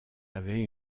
avait